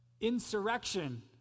Insurrection